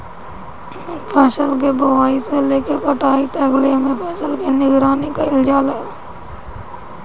फसल के बोआई से लेके कटाई तकले एमे फसल के निगरानी कईल जाला